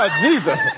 Jesus